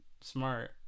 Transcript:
Smart